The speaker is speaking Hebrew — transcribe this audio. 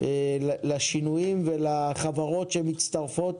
לשירותים ולחברות שמצטרפות